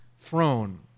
throne